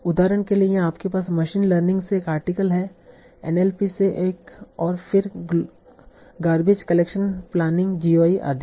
उदाहरण के लिए यहां आपके पास मशीन लर्निंग से एक आर्टिकल है NLP से एक और फिर गार्बेज कलेक्शन प्लानिंग GUI आदि